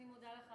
אני מודה לך,